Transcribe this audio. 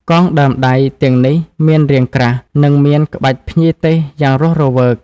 កងដើមដៃទាំងនេះមានរាងក្រាស់ និងមានក្បាច់ភ្ញីទេសយ៉ាងរស់រវើក។